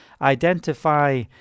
identify